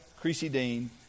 Creasy-Dean